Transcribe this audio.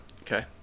Okay